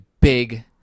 big